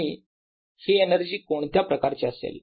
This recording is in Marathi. आणि ही एनर्जी कोणत्या प्रकारची असेल